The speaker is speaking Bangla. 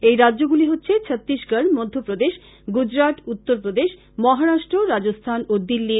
এই রাজ্যগুলি হচ্ছে ছত্তিশগড় মধ্যপ্রদেশ গুজরাট উত্তরপ্রদেশ মহারাষ্ট্র রাজস্থান ও দিল্লি